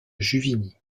juvigny